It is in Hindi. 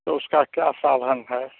तो इसका क्या साधन है